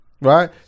right